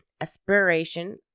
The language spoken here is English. aspiration